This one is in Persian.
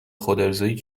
خودارضایی